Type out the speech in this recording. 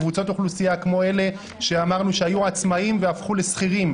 קבוצות אוכלוסייה כמו אלה שאמרנו שהיו עצמאים והפכו לשכירים,